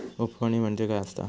उफणणी म्हणजे काय असतां?